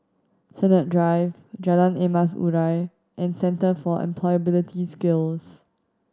Sennett Drive Jalan Emas Urai and Centre for Employability Skills